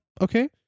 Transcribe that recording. okay